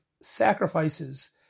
sacrifices